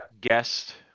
guest